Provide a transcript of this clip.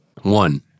One